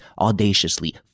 audaciously